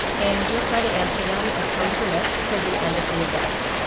and we'll try to answer them as time permits toward the end of the event.